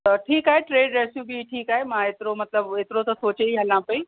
त ठीकु आहे टे ड्रेसियूं बि ठीकु आहे मां एतिरो मतिलबु एतिरो त सोचे ई हलां पई